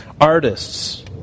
Artists